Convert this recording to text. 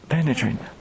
Penetrating